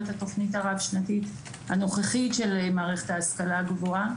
התוכנית הרב-שנתית הנוכחית של מערכת ההשכלה הגבוהה,